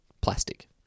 plastic